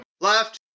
left